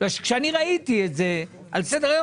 כשאני ראיתי את זה על סדר היום,